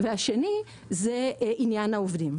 והדבר השני הוא עניין העובדים,